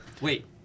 Wait